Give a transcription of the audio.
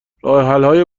راهحلهای